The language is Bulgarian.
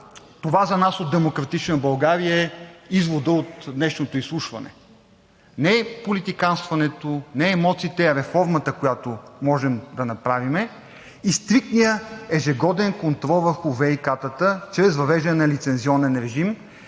това за нас от „Демократична България“ е изводът от днешното изслушване – не политиканстването, не емоциите, а реформата, която можем да направим, и стриктният ежегоден контрол върху ВиК-тата – чрез въвеждане на лицензионен режим,